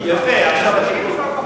חזקה, ואתה תאמר שזו פגיעה קשה.